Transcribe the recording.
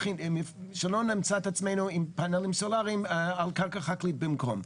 שלא נמצא את עצמנו עם פנלים סולריים על קרקע חקלאית במקום.